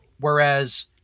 Whereas